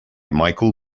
michael